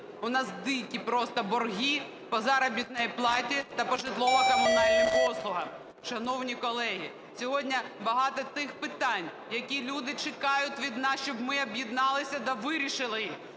У нас дикі просто борги по заробітній платі та по житлово-комунальним послугам. Шановні колеги, сьогодні багато тих питань, які люди чекають від нас, щоб ми об'єдналися та вирішили.